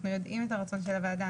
אנחנו יודעים מה רצון הוועדה.